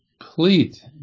complete